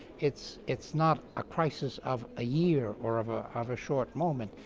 it's it's not a crisis of a year or of ah of a short moment.